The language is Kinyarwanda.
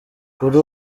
kuri